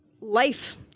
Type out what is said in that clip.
life